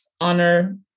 honor